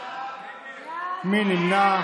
מי נמנע?